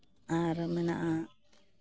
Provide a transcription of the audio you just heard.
ᱟᱨ ᱢᱮᱱᱟᱜᱼᱟ